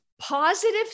Positive